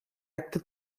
acte